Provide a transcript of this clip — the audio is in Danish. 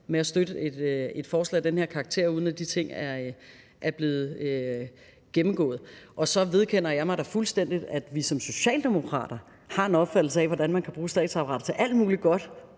med at støtte et forslag af den her karakter, uden at de ting er blevet gennemgået. Så vedkender jeg mig da fuldstændig, at vi som socialdemokrater har en opfattelse af, hvordan man kan bruge statsapparatet til alt muligt godt,